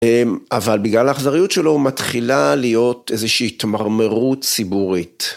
אבל בגלל האכזריות שלו מתחילה להיות איזושהי התמרמרות ציבורית